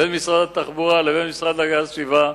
בין משרד התחבורה לבין המשרד להגנת הסביבה,